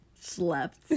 slept